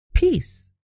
Peace